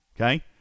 okay